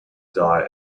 die